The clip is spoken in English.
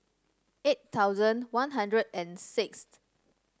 eight thousand One Hundred and sixth